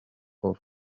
north